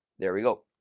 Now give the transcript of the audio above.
there we go.